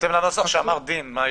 בהתאם לנוסח שאמר דין.